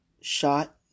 Shot